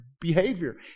behavior